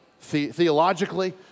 theologically